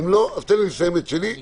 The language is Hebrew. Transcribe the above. תן לי לסיים את דבריי.